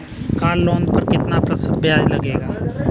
Car loan पर कितना प्रतिशत ब्याज लगेगा?